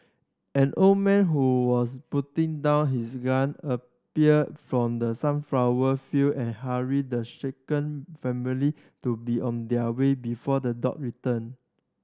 an old man who was putting down his gun appeared from the sunflower field and hurried the shaken family to be on their way before the dog return